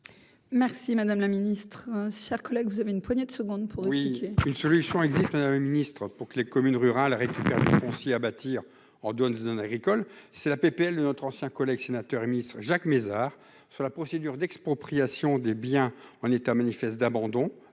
Merci madame la ministre, chers collègues, vous avez une poignée de secondes pour. Oui, une solution existe le Ministre pour que les communes rurales récupère le foncier à bâtir en douane zones agricoles, c'est la PPL notre ancien collègue sénateur, ministre Jacques Mézard sur la procédure d'expropriation des biens en état manifeste d'abandon